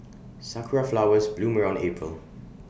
Sakura Flowers bloom around April